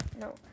no